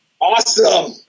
Awesome